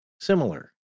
similar